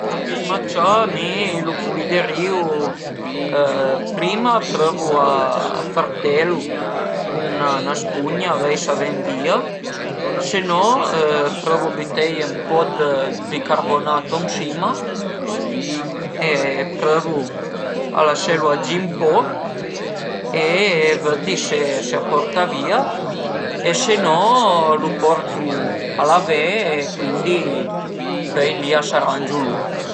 Ën tapis macià mi lu puliderìu prima prövu a fertulu cun 'na spugna vei s'a ven vìa, se no prövu a büteie ën po dë bicarbonato ën sima e prövu a laselu agì ën poch e vëddi së a porta vìa e se no lu portu a lavé e cuindi pöi li a s'arangiu lur